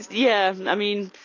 yeah. i mean,